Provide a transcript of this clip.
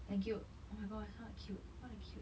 thank you oh my god so cute so cute